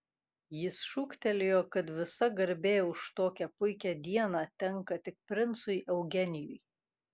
jis šūktelėjo kad visa garbė už tokią puikią dieną tenka tik princui eugenijui